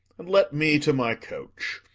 and let me to my coach.